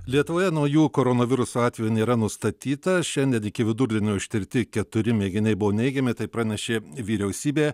lietuvoje naujų koronaviruso atvejų nėra nustatyta šiandien iki vidurdienio ištirti keturi mėginiai buvo neigiami tai pranešė vyriausybė